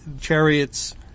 chariots